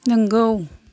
नोंगौ